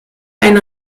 ein